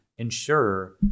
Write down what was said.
ensure